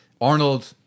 Arnold